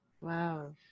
wow